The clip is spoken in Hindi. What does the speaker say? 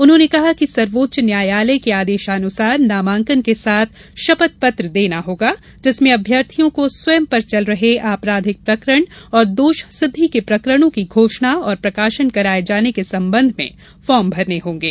उन्होंने कहा कि सर्वोच्च न्यायालय के आदेशानुसार नामांकन के साथ शपथ पत्र देना होगा जिसमें अम्यर्थियों को स्वयं पर चल रहे आपराधिक प्रकरण और दोषसिद्धि के प्रकरणों की घोषणा और प्रकाशन कराये जाने के संबंध में फार्म भरने होंगे